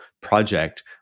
project